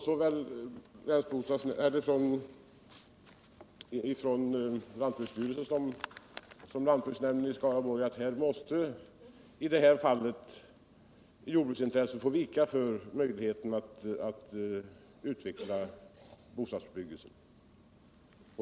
Såväl lantbruksstyrelsen som lantbruksnämnden i Skaraborgs län har klart sagt ifrån att i detta fall måste jordbruksintresset få vika för intresset att utveckla bostadsbebyggelsen.